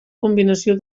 combinació